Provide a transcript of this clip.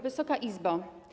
Wysoka Izbo!